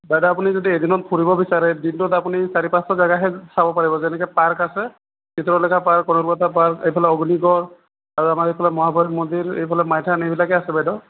বাইদেউ আপুনি যদি এদিনত ফুৰিব বিচাৰে দিনটোত আপুনি চাৰি পাঁচটা জাগাহে চাব পাৰিব যেনেকৈ পাৰ্ক আছে চিত্ৰলেখা পাৰ্ক কনকলতা পাৰ্ক এইফালে অগ্নিগড় আৰু আমাৰ এইফালে মহাভৈৰৱ মন্দিৰ এইফালে মাইথান এইবিলাকে আছে বাইদেউ